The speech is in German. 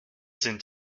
sind